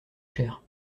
cher